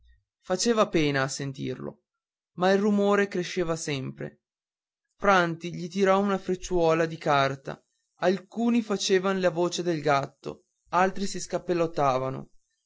faceva pena a sentirlo ma il rumore cresceva sempre franti gli tirò una frecciuola di carta alcuni facevan la voce del gatto altri si